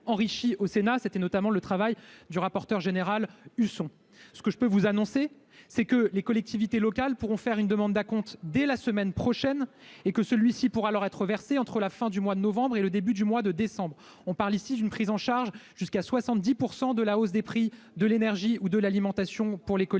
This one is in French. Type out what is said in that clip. enrichi au Sénat, c'était notamment le travail du rapporteur général Husson, ce que je peux vous annoncer, c'est que les collectivités locales pourront faire une demande d'acompte dès la semaine prochaine et que celui-ci pourra leur être versé entre la fin du mois de novembre et le début du mois de décembre, on parle ici d'une prise en charge jusqu'à 70 % de la hausse des prix de l'énergie ou de l'alimentation pour les collectivités ou